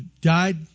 died